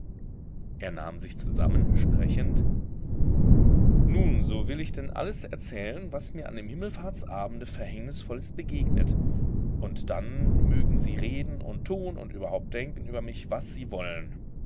er nahm sich zusammen sprechend nun so will ich denn alles erzählen was mir an dem himmelfahrtsabende verhängnisvolles begegnet und dann mögen sie reden und tun und überhaupt denken über mich was sie wollen